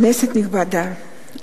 כנסת נכבדה,